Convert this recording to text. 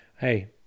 hey